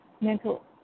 mental